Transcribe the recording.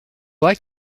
like